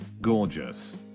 Gorgeous